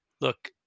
look